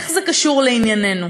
איך זה קשור לענייננו?